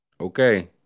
Okay